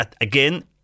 again